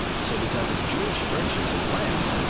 so because of jewish purchase of land,